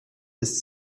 ist